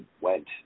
went